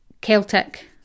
Celtic